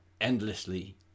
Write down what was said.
endlessly